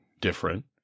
different